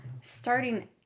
starting